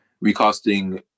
recasting